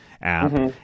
app